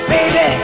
Baby